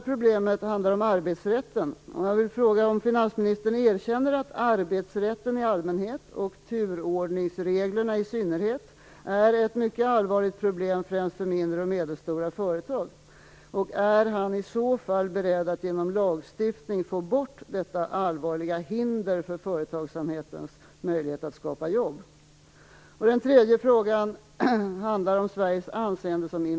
Erkänner Erik Åsbrink att arbetsrätten i allmänhet och turordningsreglerna i synnerhet är ett mycket allvarligt problem främst för mindre och medelstora företag, och är han i så fall beredd att genom lagstiftning få bort detta allvarliga hinder för företagsamhetens möjligheter att skapa jobb? 3.